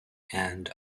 and